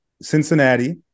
Cincinnati